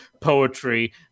poetry